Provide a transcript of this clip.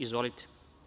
Izvolite.